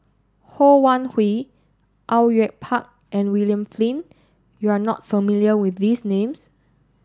Ho Wan Hui Au Yue Pak and William Flint you are not familiar with these names